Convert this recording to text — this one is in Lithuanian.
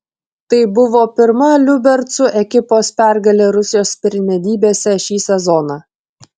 tai buvo pirma liubercų ekipos pergalė rusijos pirmenybėse šį sezoną